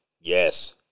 yes